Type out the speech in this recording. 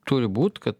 turi būt kad